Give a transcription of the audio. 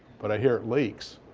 but i hear it leaks.